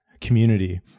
community